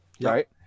right